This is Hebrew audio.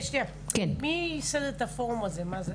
מי ייסד את הפורום הזה?